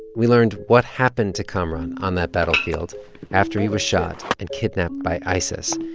we learned what happened to kamaran on that battlefield after he was shot and kidnapped by isis